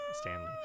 Stanley